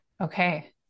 Okay